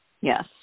Yes